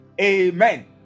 Amen